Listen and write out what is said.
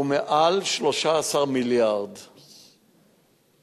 הוא מעל 13 מיליארד לשנה.